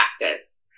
practice